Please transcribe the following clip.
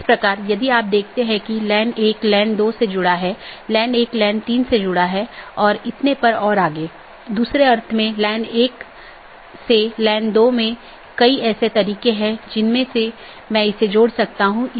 दूसरे अर्थ में जब मैं BGP डिवाइस को कॉन्फ़िगर कर रहा हूं मैं उस पॉलिसी को BGP में एम्बेड कर रहा हूं